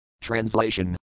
Translation